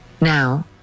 Now